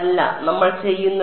അല്ല നമ്മൾ ചെയ്യുന്നത്